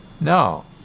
No